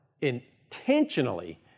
intentionally